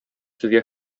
сезгә